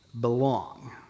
belong